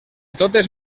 totes